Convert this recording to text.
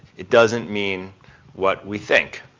it doesn't mean what we think.